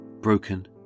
broken